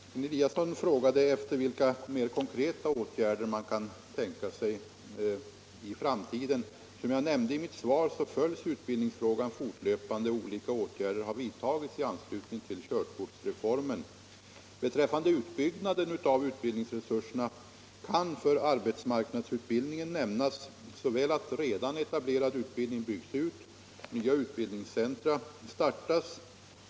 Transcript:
Fröken Eliasson frågade vilka mer konkreta åtgärder man kan tänka sig i framtiden. Som jag nämnde i mitt svar. följs utbildningsfrågan fortlöpande. Olika åtgärder har vidtagits. i anslutning till körkortsreformen. Beträffande utbyggnaden av utbildningsresurserna kan för arbetsmarknadsutbildningens del nämnas att redan etablerad utbildning byggs ut och nya utbildningscentra startas.